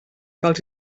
dels